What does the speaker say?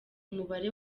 umubare